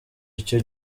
icyo